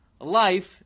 life